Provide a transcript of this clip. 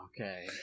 Okay